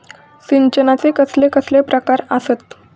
सिंचनाचे कसले कसले प्रकार आसत?